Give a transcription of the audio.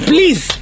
Please